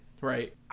right